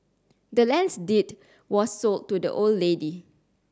the land's deed was sold to the old lady